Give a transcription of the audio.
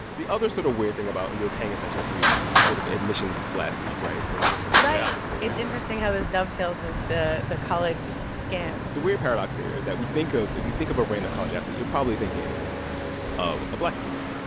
the other sort of weird thing about we were paying attention to sort of admissions last week right? the sort of admissions scandal interesting how this dovetails with the the college scams the weird paradox here is that we think of if you think of a random college athlete, you're probably thinking of a black dude.